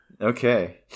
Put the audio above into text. Okay